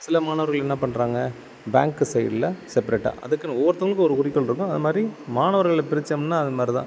சில மாணவர்கள் என்ன பண்றாங்க பேங்க்கு சைடில் செப்பரேட்டாக அதுக்குன்னு ஒவ்வொருத்தங்களுக்கும் ஒரு குறிக்கோள் இருக்கும் அதுமாதிரி மாணவர்கள பிரித்தமுன்னா அதன்மாதிரி தான்